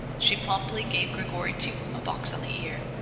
she promptly gave grigory, too, a box on the ear,